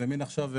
זה מן עכשיו,